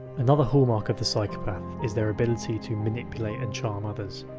another hallmark of the psychopath is their ability to manipulate and charm others.